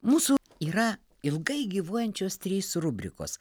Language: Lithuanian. mūsų yra ilgai gyvuojančios trys rubrikos